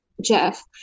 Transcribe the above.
Jeff